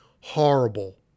horrible